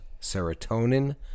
serotonin